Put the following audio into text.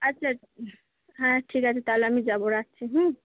আচ্ছা হ্যাঁ তাহলে আমি যাবো রাখছি হুম